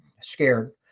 scared